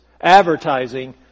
advertising